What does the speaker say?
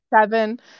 seven